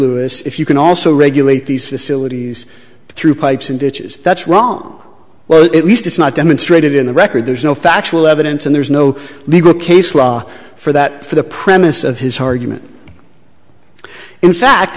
flu is if you can also regulate these facilities through pipes and ditches that's wrong well it least it's not demonstrated in the record there's no factual evidence and there's no legal case law for that for the premise of his argument in fact